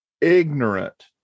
ignorant